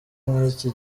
nk’iki